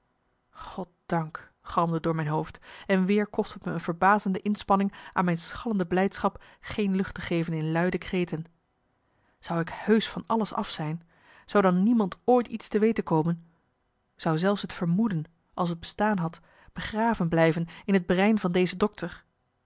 goddank galmde t door mijn hoofd en weer kostte t me een verbazende inspanning aan mijn schallende blijdschap geen lucht te geven in luide kreten zou ik heusch van alles af zijn zou dan niemand ooit iets te weten komen zou zelfs het vermoeden als t bestaan had begraven blijven in het brein van deze dokter